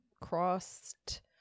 crossed